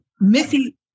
Missy